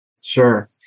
Sure